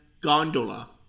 gondola